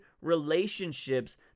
relationships